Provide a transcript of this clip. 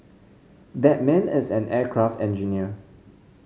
that man is an aircraft engineer